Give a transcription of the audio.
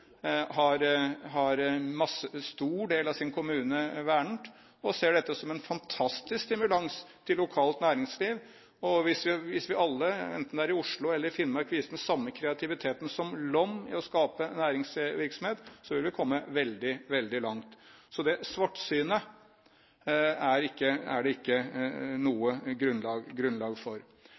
som en fantastisk stimulans til lokalt næringsliv. Hvis vi alle – enten det er i Oslo eller i Finnmark – viste den samme kreativiteten som Lom til å skape næringsvirksomhet, ville vi komme veldig langt. Så svartsynet er det ikke noe grunnlag for.